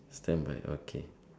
standby okay